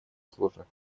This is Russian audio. сложных